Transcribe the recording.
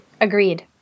Agreed